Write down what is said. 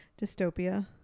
Dystopia